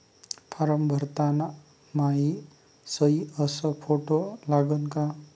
Form भरताना मायी सयी अस फोटो लागन का?